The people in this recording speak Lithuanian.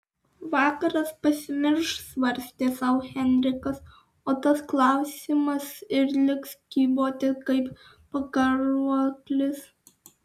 vakaras pasimirš svarstė sau henrikas o tas klausimas ir liks kyboti kaip pakaruoklis